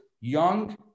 young